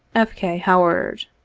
f. k. howard.